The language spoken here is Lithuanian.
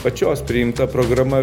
pačios priimta programa